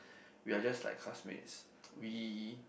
we are just like classmates we